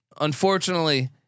unfortunately